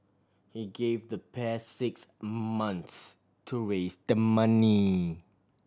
he gave the pair six months to raise the money